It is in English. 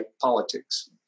politics